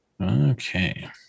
Okay